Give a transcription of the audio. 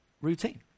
routine